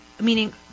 meaning